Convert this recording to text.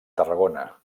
tarragona